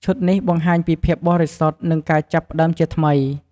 ឈុតនេះបង្ហាញពីភាពបរិសុទ្ធ និងការចាប់ផ្តើមជាថ្មី។